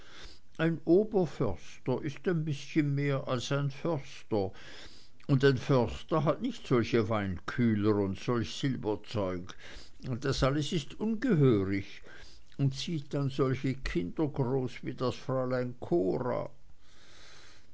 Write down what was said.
ein oberförster ist ein bißchen mehr als ein förster und ein förster hat nicht solche weinkühler und solch silberzeug das alles ist ungehörig und zieht dann solche kinder groß wie dies fräulein